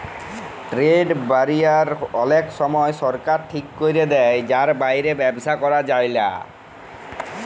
trade barrier অলেক সময় সরকার ঠিক ক্যরে দেয় যার বাইরে ব্যবসা ক্যরা যায়লা